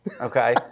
Okay